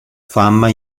fama